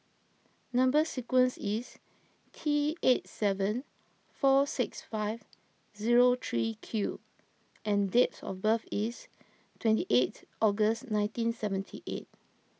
Number Sequence is T eight seven four six five zero three Q and dates of birth is twenty eight August nineteen seventy eight